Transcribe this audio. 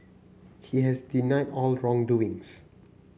he has denied all wrongdoings